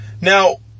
Now